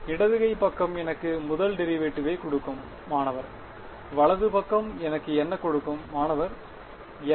இடது கை பக்கம் எனக்கு முதல் டெரிவேட்டிவ்வை கொடுக்கும் மாணவர் வலது பக்கம் எனக்கு என்ன கொடுக்கும் மாணவர் 1